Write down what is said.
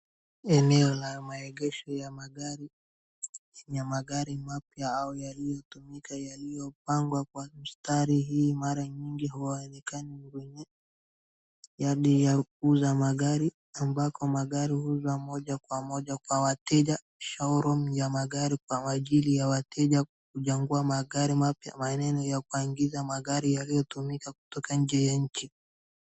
Eneo la maegesho ya magari yenye magari mapya au yaliyotumika yaliyopangwa kwa mstari, mara nyingi huwa ni mahali yenye yaani ya kuuza magari ambapo magari huuzwa moja kwa moja kwa wateja au show room ya magari kwa ajili ya wateja kuja kuona magari mapya, maeneo ya kuagiza magari yaliotumika kutoka nje ya nchi.